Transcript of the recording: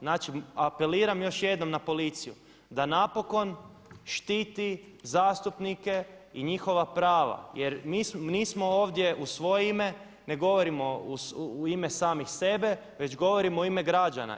Znači apeliram još jednom na policiju da napokon štiti zastupnike i njihova prava jer nismo ovdje u svoje ime, ne govorimo u ime samih sebe već govorimo u ime građana.